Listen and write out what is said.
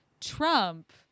Trump